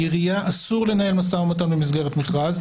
לעירייה אסור לנהל משא ומתן במסגרת מכרז,